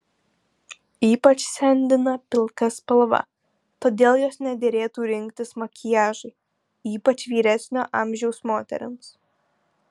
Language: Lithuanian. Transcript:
ypač sendina pilka spalva todėl jos nederėtų rinktis makiažui ypač vyresnio amžiaus moterims